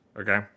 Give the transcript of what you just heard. okay